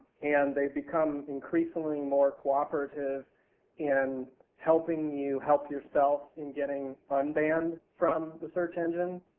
and theyive become increasingly more cooperative in helping you help yourself in getting unbanned from the search engine.